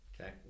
okay